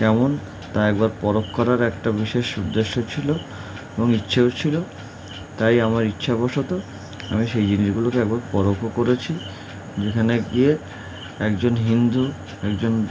কেমন তা একবার পরখ করার একটা বিশেষ উদ্দেশ্য ছিল এবং ইচ্ছেও ছিল তাই আমার ইচ্ছাবশত আমি সেই জিনিসগুলোকে একবার পরখও করেছি যেখানে গিয়ে একজন হিন্দু একজন